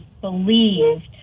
believed